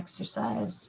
exercise